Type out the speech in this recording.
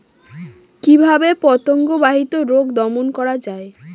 কিভাবে পতঙ্গ বাহিত রোগ দমন করা যায়?